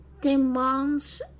demands